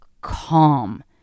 calm